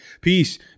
Peace